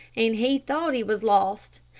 and he thought he was lost.